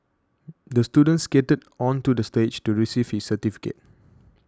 the student skated onto the stage to receive his certificate